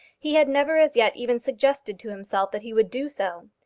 he had never as yet even suggested to himself that he would do so.